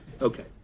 Okay